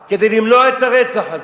כדי למנוע את הרצח הזה.